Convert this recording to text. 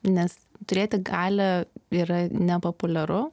nes turėti galią yra nepopuliaru